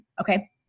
Okay